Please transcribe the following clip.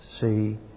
see